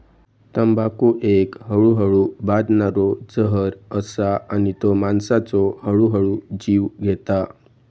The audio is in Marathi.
तंबाखू एक हळूहळू बादणारो जहर असा आणि तो माणसाचो हळूहळू जीव घेता